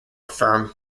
firm